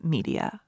Media